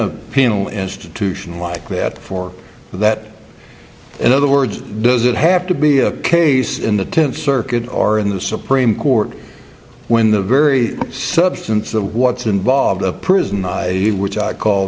penal institution like that for that in other words does it have to be a case in the tenth circuit or in the supreme court when the very substance of what's involved a prison i z which i call